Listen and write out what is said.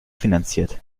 finanziert